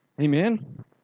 Amen